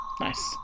Nice